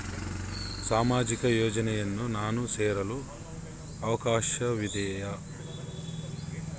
ಸಾಮಾಜಿಕ ಯೋಜನೆಯನ್ನು ನಾನು ಸೇರಲು ಅವಕಾಶವಿದೆಯಾ?